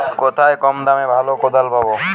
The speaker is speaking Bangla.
কোথায় কম দামে ভালো কোদাল পাব?